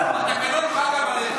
התקנון אומר לך, אדוני.